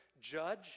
judge